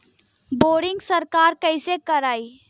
Boring सरकार कईसे करायी?